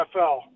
NFL